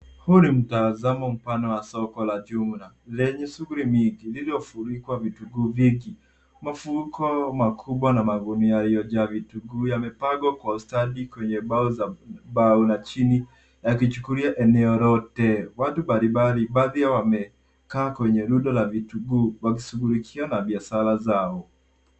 Huu ni mtazamo mpana wa soko la jumla lenye shughuli mingi lililofurikwa vitunguu vingi. Mifuko mikubwa na magunia yaliyojaa vitunguu yamepangwa kwa ustadi kwenye mbao la chini yakichukua eneo lote. Watu mbalimbali baadhi yao wamekaa kwenye rundo la vitunguu wakishughulika na biashara zao.